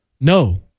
No